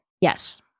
yes